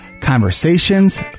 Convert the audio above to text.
conversations